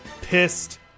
pissed